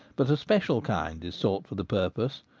but a special kind is sought for the purpose,